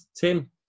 Tim